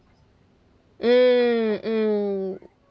mm mm